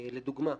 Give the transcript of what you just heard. לדוגמה,